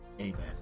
amen